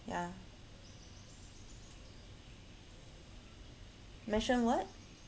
ya mention what